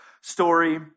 story